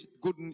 good